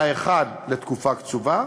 האחד לתקופה קצובה,